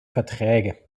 verträge